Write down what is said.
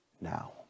now